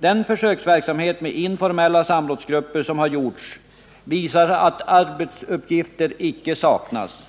Den försöksverksamhet med informella samrådsgrupper som har gjorts visar att arbetsuppgifter icke saknas.